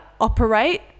operate